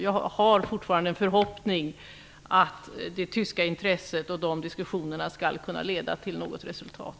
Jag har fortfarande en förhoppning om att det tyska intresset och diskussionerna skall kunna leda till något resultat.